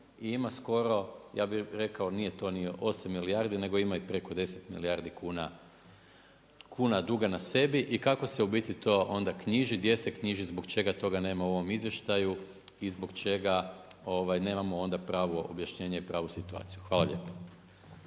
ima skoro, ja bih rekao nije to ni 8 milijardi, nego ima i preko 10 milijardi kuna duga na sebi i kako se u biti onda to knjiži, gdje se knjiži, zbog čega toga nema u ovom izvještaju i zbog čega nemamo onda pravo objašnjenje i pravu situaciju? Hvala lijepa.